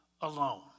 alone